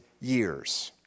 years